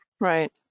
Right